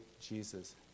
Jesus